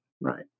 Right